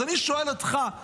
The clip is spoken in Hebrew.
אז אני שואל אותך,